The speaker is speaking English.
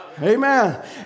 Amen